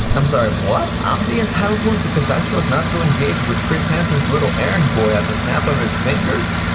i'm sorry, what? i'm the entitled one because i chose not to engage with chris hansen's little errand boy at the snap of his fingers?